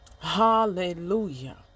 Hallelujah